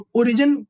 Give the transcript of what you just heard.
origin